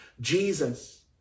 Jesus